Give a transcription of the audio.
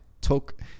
took